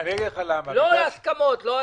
לא הסכמות או אי-הסכמות.